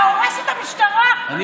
אתה הורס את המשטרה עם התחקיר העלוב הזה,